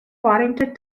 warrington